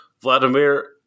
Vladimir